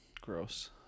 Gross